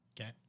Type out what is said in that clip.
Okay